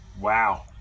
wow